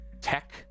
tech